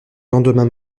lendemain